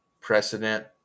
precedent